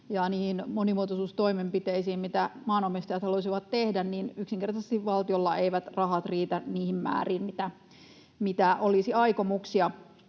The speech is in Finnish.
ja monimuotoisuustoimenpiteitä, mitä maanomistajat haluaisivat tehdä. Yksinkertaisesti valtiolla eivät rahat riitä niihin määriin, mitä olisi aikomuksia.